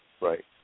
Right